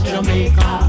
Jamaica